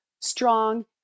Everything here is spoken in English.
strong